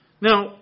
Now